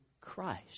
Christ